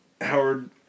Howard